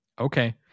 okay